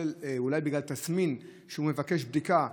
אולי בגלל תסמין הוא מבקש בדיקה,